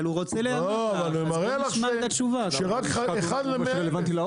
אבל הוא מראה לך שרק 1 ל- 100 אלף,